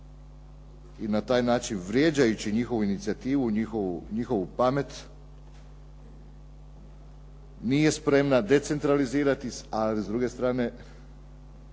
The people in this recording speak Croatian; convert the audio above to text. i na taj način vrijeđajući njihovu inicijativu i njihovu pamet, nije spremna decentralizirati ali s druge strane